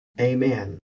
Amen